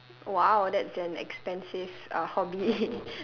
!wow! that's an expensive uh hobby